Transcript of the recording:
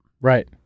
Right